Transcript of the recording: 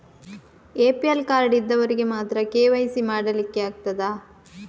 APL card ಇದ್ದವರಿಗೆ ಮಾತ್ರ KYC ಮಾಡಲಿಕ್ಕೆ ಆಗುತ್ತದಾ?